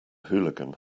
hooligan